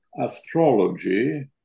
astrology